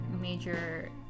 major